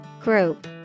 Group